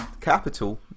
Capital